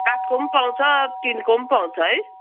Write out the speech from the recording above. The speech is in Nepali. काठको पाउँछ टिनको पनि पाउँछ है